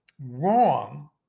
wrong